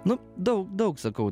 nu daug daug sakau